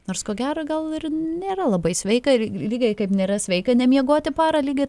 nors ko gero gal ir nėra labai sveika ir lygiai kaip nėra sveika nemiegoti parą lygiai